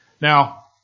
Now